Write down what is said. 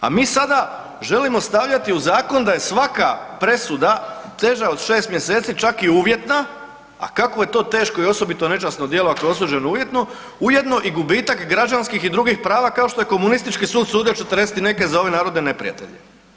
A mi sada želimo stavljati u zakon da je svaka presuda teža od 6 mjeseci čak i uvjetna, a kakvo je to teško i osobito nečasno djelo ako je osuđen uvjetno, ujedno i gubitak građanskih i drugih prava kao što je komunistički sud sudio '40 i neke za ove narodne neprijatelje.